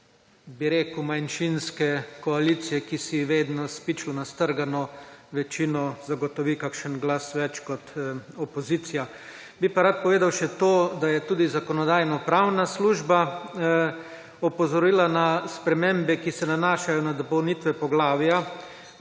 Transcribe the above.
bi rekel, manjšinske koalicije, ki si vedno /nerazumljivo/ nastrgano večino zagotovo kakšen glas več kot opozicija. Bi pa rad povedal še to, da je tudi Zakonodajno-pravna služba opozorila na spremembe, ki se nanašajo na dopolnitve poglavja